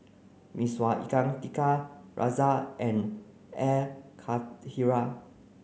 Mee Sua Ikan Tiga Rasa and Air Karthira